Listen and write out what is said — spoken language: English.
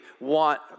want